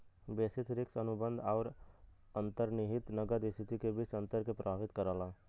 basis risk अनुबंध आउर अंतर्निहित नकद स्थिति के बीच अंतर के प्रभावित करला